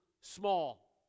small